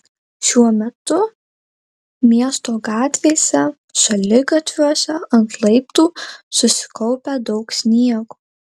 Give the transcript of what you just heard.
šiuo metu miesto gatvėse šaligatviuose ant laiptų susikaupę daug sniego